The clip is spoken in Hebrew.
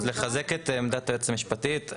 לחזק את עמדת היועצת המשפטית.